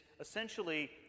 essentially